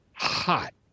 Hot